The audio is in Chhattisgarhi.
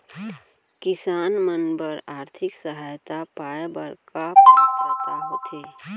किसान मन बर आर्थिक सहायता पाय बर का पात्रता होथे?